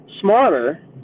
smarter